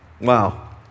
Wow